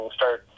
start